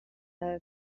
nerf